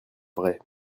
vraie